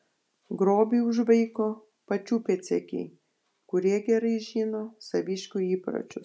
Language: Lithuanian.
grobį užvaiko pačių pėdsekiai kurie gerai žino saviškių įpročius